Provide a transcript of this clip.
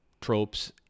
tropes